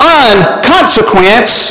unconsequence